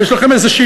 ויש לכם איזו,